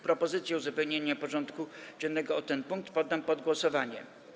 Propozycję uzupełnienia porządku dziennego o ten punkt poddam pod głosowanie.